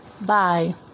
Bye